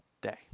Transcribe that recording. day